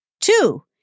Two